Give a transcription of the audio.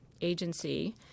agency